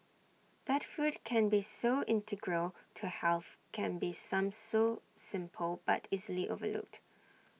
that food can be so integral to health can be some so simple but easily overlooked